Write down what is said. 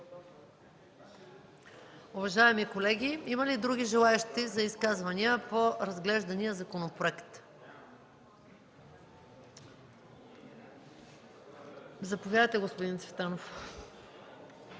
Уважаеми колеги, има ли други желаещи за изказвания по разглеждания законопроект? Заповядайте, господин Цветанов.